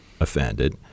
offended